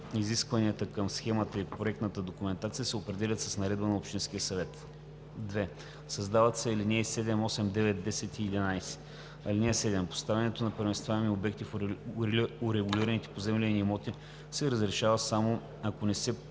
изискванията към схемата и проектната документация се определят с наредба на общинския съвет.“ 2. Създават се ал. 7, 8, 9, 10 и 11: „(7) Поставянето на преместваеми обекти в урегулираните поземлени имоти се разрешава само ако не се